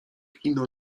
ino